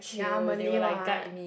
ya Malay [what]